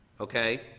Okay